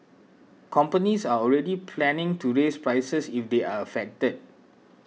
companies are already planning to raise prices if they are affected